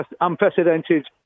unprecedented